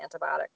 antibiotic